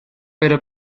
pero